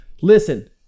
Listen